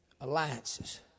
alliances